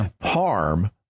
harm